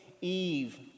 Eve